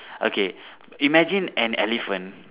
okay imagine an elephant